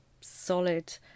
solid